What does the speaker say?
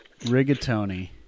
rigatoni